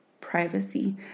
privacy